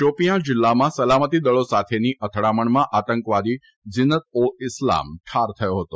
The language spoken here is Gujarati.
શોપિયાં જીલ્લામાં સલામતીદળો સાથેની અથડામણમાં આતંકવાદી જીનત ઉલ ઇસ્લામ ઠાર થયો હતો